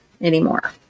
anymore